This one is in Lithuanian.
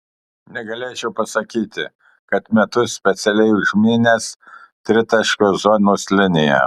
negalėčiau pasakyti kad metu specialiai užmynęs tritaškio zonos liniją